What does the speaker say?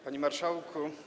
Panie Marszałku!